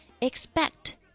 Expect